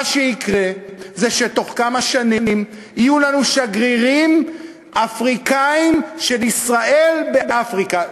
מה שיקרה זה שתוך כמה שנים יהיו לנו שגרירים אפריקנים של ישראל באפריקה.